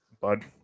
bud